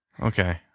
Okay